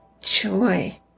joy